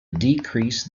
decrease